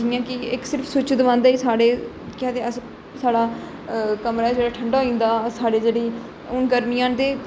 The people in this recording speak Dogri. जियां कि इक सिर्फ स्विच दवांदे गै साढ़े अस भला कमरा जेहड़ा ठंडा होई जंदा साढ़े जेहड़ी हून गर्मियां न